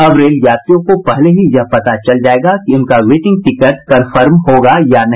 अब रेल यात्रियों को पहले ही यह पता चल जायेगा की उनका वेटिंग टिकट कन्फर्म होगा या नहीं